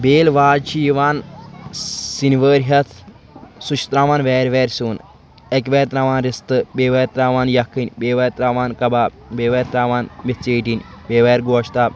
بیٚیہِ ییٚلہِ وازٕ چھِ یِوان سِنوٲرۍ ہٮ۪تھ سُہ چھِ تراوان وارِ وارِ سیُن اَکہِ وَارِ تراوان رِستہٕ بیٚیہِ وارِ تراوان یَکھٕنۍ بیٚیہِ وارِ تراوان کَباب بیٚیہِ وارِ تراوان مِتھ ژھیٹِنۍ بیٚیہِ وارِ گوشتاب